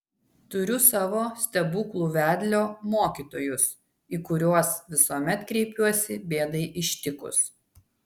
turiu savo stebuklų vedlio mokytojus į kuriuos visuomet kreipiuosi bėdai ištikus